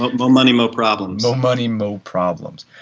but more money more problems more money more problems,